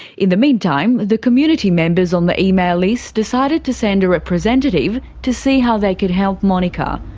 in the meantime, the community members on the email list decided to send a representative to see how they could help monika.